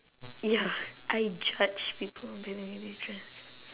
ya I judge people by the way they dress